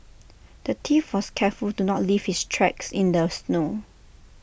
the thief was careful to not leave his tracks in the snow